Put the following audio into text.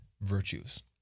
virtues